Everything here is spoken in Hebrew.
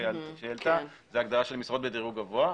שעלתה היא הגדרה של משרות בדירוג גבוה.